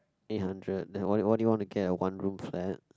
eight hundred then what do you what do you want to get a one room flat